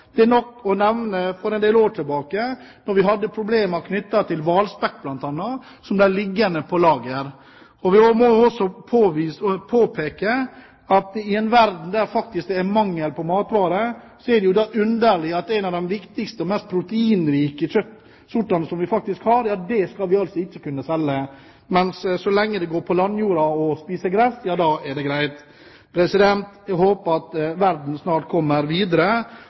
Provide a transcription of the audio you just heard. Det er nok å nevne at for en del år tilbake hadde vi problemer knyttet til bl.a. hvalspekk som ble liggende på lager. Vi må også påpeke at i en verden der det er mangel på matvarer, er det underlig at en av de viktigste og mest proteinrike kjøttsortene vi har, skal vi altså ikke kunne selge, mens så lenge «kjøttet» går på landjorda og spiser gress, er det greit. Jeg håper at verden snart går videre.